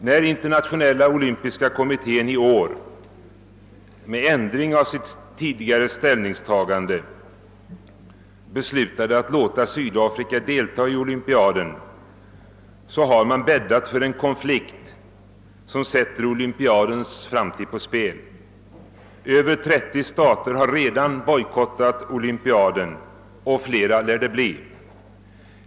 När internationella olympiska kommittén i år, med ändring av sitt tidigare ställningstagande, beslutat att låta Sydafrika delta i olympiaden, har den bäddat för en konflikt, som sätter dennas framtid på spel. Över 30 stater har redan bojkottat olympiaden, och flera lär det bli.